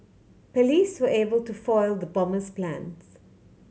police were able to foil the bomber's plans